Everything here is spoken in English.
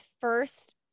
first